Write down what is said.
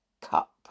Cup